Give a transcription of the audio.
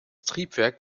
triebwerk